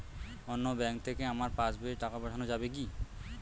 অন্য ব্যাঙ্ক থেকে আমার পাশবইয়ে টাকা পাঠানো যাবে কি?